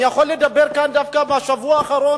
אני יכול לדבר כאן דווקא על השבוע האחרון.